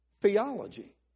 theology